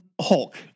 Hulk